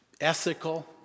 ethical